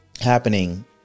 Happening